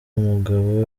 umugabo